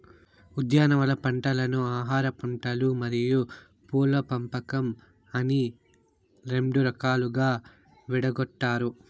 ఉద్యానవన పంటలను ఆహారపంటలు మరియు పూల పంపకం అని రెండు రకాలుగా విడగొట్టారు